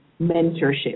mentorship